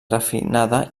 refinada